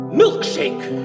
milkshake